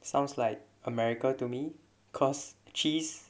sounds like america to me cause cheese